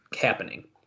happening